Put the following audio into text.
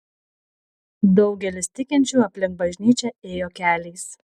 daugelis tikinčiųjų aplink bažnyčią ėjo keliais